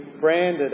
branded